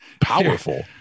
powerful